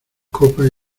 copas